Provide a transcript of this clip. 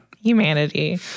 Humanity